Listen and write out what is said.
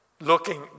looking